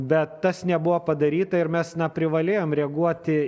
bet tas nebuvo padaryta ir mes na privalėjom reaguoti